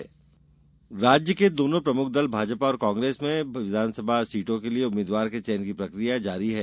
चुनाव टिकिट राज्य के दोनों प्रमुख दल भाजपा और कांग्रेस में विधानसभा सीटों के लिए उम्मीद्वार के चयन की प्रक्रिया जारी है